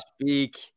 speak